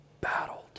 battled